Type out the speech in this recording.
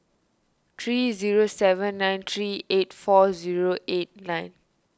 three zero seven nine three eight four zero eight nine